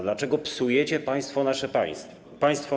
Dlaczego psujecie państwo nasze państwo?